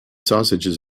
sausages